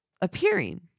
appearing